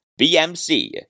BMC